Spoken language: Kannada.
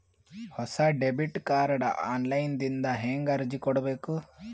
ಹೊಸ ಡೆಬಿಟ ಕಾರ್ಡ್ ಆನ್ ಲೈನ್ ದಿಂದ ಹೇಂಗ ಅರ್ಜಿ ಕೊಡಬೇಕು?